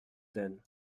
donnes